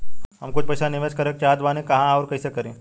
हम कुछ पइसा निवेश करे के चाहत बानी और कहाँअउर कइसे करी?